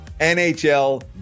NHL